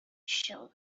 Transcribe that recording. show